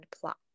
plot